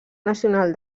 nacional